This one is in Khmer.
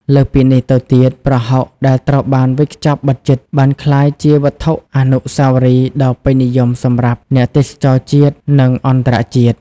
លើសពីនេះទៅទៀត ប្រហុកដែលត្រូវបានវេចខ្ចប់បិទជិត បានក្លាយជាវត្ថុអនុស្សាវរីយ៍ដ៏ពេញនិយមសម្រាប់អ្នកទេសចរណ៍ជាតិ និងអន្តរជាតិ។